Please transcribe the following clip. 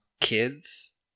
kids